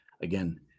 again